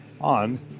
on